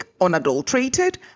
unadulterated